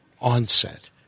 onset